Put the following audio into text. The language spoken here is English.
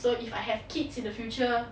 so if I have kids in the future